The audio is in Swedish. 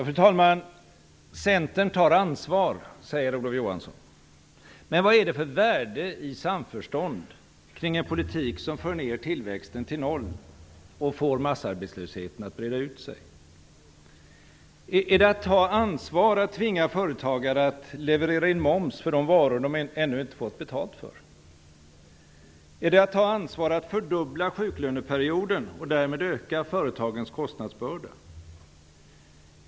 Fru talman! Centern tar ansvar, säger Olof Johansson. Men vad är det för värde i samförstånd kring en politik som för ned tillväxten till noll och får massarbetslösheten att breda ut sig? Är det att ta ansvar att tvinga företagare att leverera in moms för de varor som de ännu inte har fått betalt för? Är det att ta ansvar att fördubbla sjuklöneperioden och därmed öka företagens kostnadsbörda?